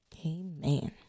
Amen